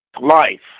life